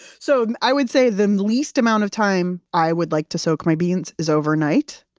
so i would say the least amount of time i would like to soak my beans is overnight.